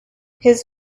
his